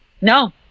No